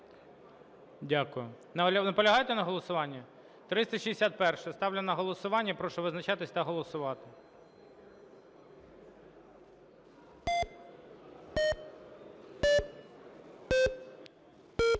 Дякую. Наполягаєте на голосуванні? 361-а, ставлю на голосування і прошу визначатись та голосувати.